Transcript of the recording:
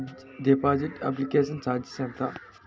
Deposit application charges ఎంత?